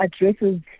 addresses